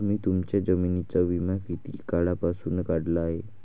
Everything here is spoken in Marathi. तुम्ही तुमच्या जमिनींचा विमा किती काळापासून काढला आहे?